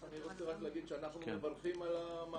אני רוצה רק להגיד שאנחנו מברכים על המהלך